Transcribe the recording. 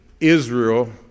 Israel